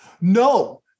No